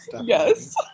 yes